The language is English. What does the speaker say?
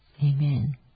Amen